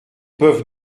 peuvent